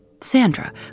Sandra